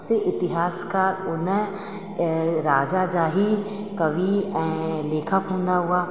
से इतिहासकार उन राजा जा ई कवि ऐं लेखक हूंदा हुआ